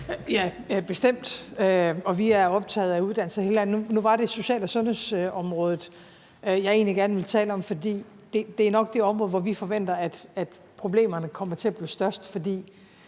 Ja, bestemt. Og vi er optaget af uddannelse. Nu var det social- og sundhedsområdet, jeg egentlig gerne vil tale om, for det er nok det område, hvor vi forventer, at problemerne bliver størst. Vi